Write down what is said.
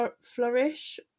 flourish